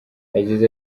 yagize